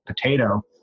potato